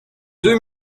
deux